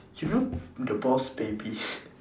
you know the boss baby